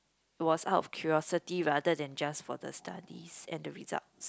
was out of curiosity rather than just for the studies and the results